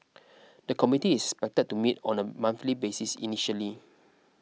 the committee is expected to meet on a monthly basis initially